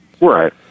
Right